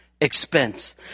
expense